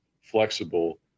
flexible